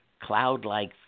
cloud-like